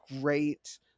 great